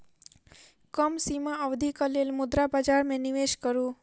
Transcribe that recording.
कम सीमा अवधिक लेल मुद्रा बजार में निवेश करू